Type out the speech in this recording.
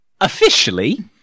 officially